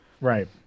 Right